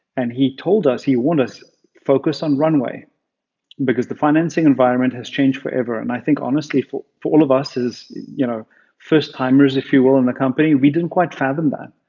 and he told us he wanted us to focus on runway because the financing environment has changed forever. and i think honestly, for for all of us as you know first timers if you will in the company, we didn't quite fathom that.